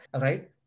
right